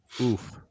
Oof